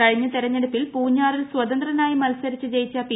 കഴിഞ്ഞ തെരഞ്ഞെടുപ്പിൽ പൂഞ്ഞാറിൽ സ്വതന്തനായി മൽസരിച്ച് ജയിച്ച പി